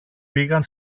πήγαν